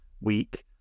week